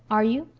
are you?